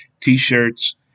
t-shirts